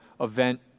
event